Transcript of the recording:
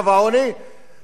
זה כסף גדול,